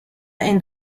end